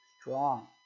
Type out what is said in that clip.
strong